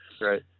Right